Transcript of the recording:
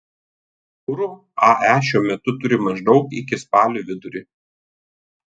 kuro ae šiuo metu turi maždaug iki spalio vidurio